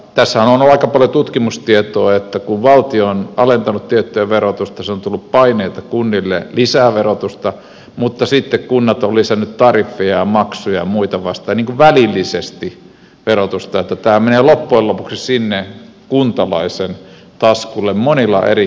tästähän on aika paljon tutkimustietoa että kun valtio on alentanut tiettyä verotusta se on tuonut paineita kunnille lisätä verotusta mutta sitten kunnat ovat lisänneet tariffeja ja maksuja ja muita vastaavia ikään kuin välillisesti verotusta joten tämä menee loppujen lopuksi sinne kuntalaisen taskulle monilla eri keinoilla